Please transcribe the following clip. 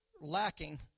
lacking